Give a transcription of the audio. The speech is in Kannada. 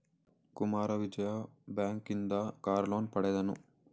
ಕುಮಾರ ವಿಜಯ ಬ್ಯಾಂಕ್ ಇಂದ ಕಾರ್ ಲೋನ್ ಪಡೆದನು